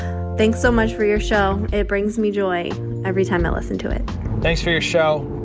thanks so much for your show. it brings me joy every time i listen to it thanks for your show.